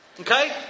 Okay